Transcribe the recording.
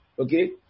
okay